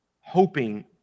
hoping